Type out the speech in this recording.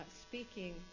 speaking